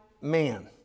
man